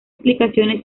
explicaciones